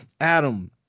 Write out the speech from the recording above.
adam